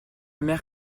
mère